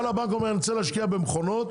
לבנק ואומר: "אני רוצה להשקיע במכונות,